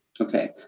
Okay